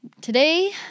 today